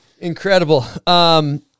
Incredible